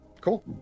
cool